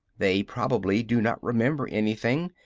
they probably do not remember anything,